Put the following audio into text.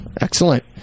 Excellent